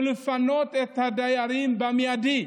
וצריך לפנות את הדיירים במיידי,